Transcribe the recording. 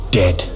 dead